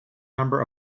number